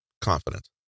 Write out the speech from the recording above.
confident